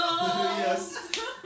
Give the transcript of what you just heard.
Yes